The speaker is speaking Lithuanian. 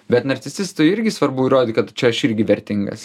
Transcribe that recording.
bet narcisistui irgi svarbu įrodyt kad čia aš irgi vertingas